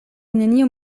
neniu